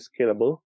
scalable